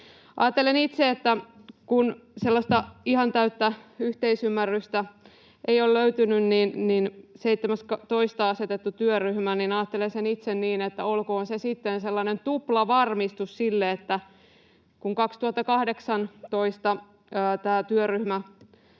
ajatuksia. Kun sellaista ihan täyttä yhteisymmärrystä ei ole löytynyt, niin itse ajattelen 7.2. asetetusta työryhmästä niin, että olkoon se sitten sellainen tuplavarmistus sille, että kun 2018 tämä työryhmä